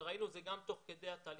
וראינו את זה גם תוך כדי התהליכים,